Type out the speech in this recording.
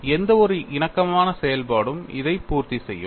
எந்தவொரு இணக்கமான செயல்பாடும் இதை பூர்த்தி செய்யும்